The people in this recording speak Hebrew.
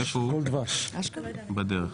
הוא בדרך.